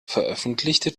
veröffentlichte